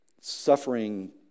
suffering